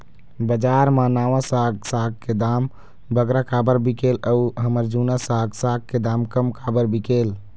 बजार मा नावा साग साग के दाम बगरा काबर बिकेल अऊ हमर जूना साग साग के दाम कम काबर बिकेल?